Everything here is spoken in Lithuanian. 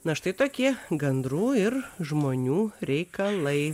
na štai tokie gandrų ir žmonių reikalai